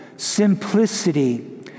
simplicity